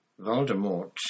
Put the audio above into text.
Voldemort